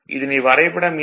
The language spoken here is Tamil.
இதனை வரைபடம் எண்